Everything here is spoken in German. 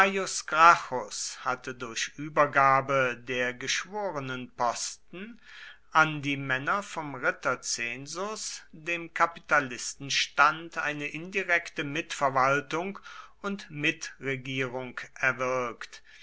hatte durch übergabe der geschworenenposten an die männer vom ritterzensus dem kapitalistenstand eine indirekte mitverwaltung und mitregierung erwirkt